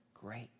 great